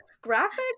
Graphic